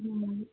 হ্যাঁ